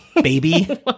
baby